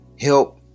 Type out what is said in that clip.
help